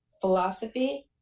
philosophy